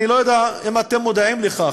אני לא יודע אם אתם מודעים לכך,